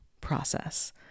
process